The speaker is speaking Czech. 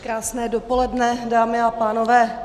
Krásné dopoledne, dámy a pánové.